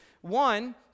One